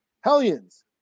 hellions